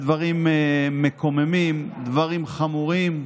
אלה דברים מקוממים, דברים חמורים.